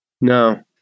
No